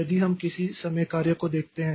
यदि हम किसी समय कार्य को देखते हैं